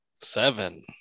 Seven